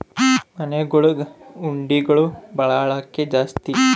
ಮನೆಗುಳಗ ಹುಂಡಿಗುಳ ಬಳಕೆ ಜಾಸ್ತಿ